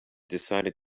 decided